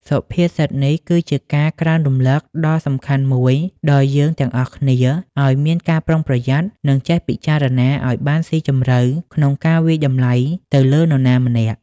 សុភាសិតនេះគឺជាការក្រើនរំលឹកដ៏សំខាន់មួយដល់យើងទាំងអស់គ្នាឲ្យមានការប្រុងប្រយ័ត្ន និងចេះពិចារណាឲ្យបានស៊ីជម្រៅក្នុងការវាយតម្លៃទៅលើនរណាម្នាក់។